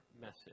message